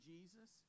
Jesus